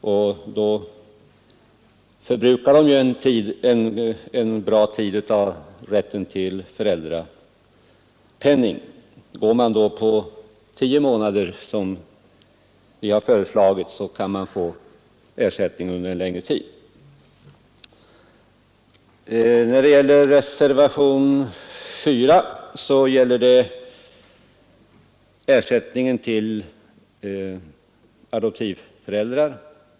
Med den av oss föreslagna ersättningstiden tio månader kan föräldrapenning i sådana fall utgå under en längre period efter barnets hemkomst från sjukhuset. Reservationen 4 gäller ersättningen till adoptivföräldrar.